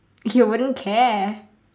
okay well don't care